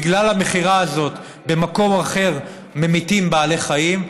בגלל המכירה הזאת במקום אחר ממיתים בעלי חיים,